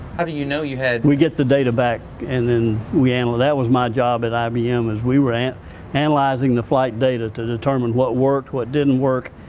how do you know you had we get the data back and then we ana, that was my job at ibm, was we were analyzing the flight data to determine what worked, what didn't work,